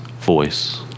voice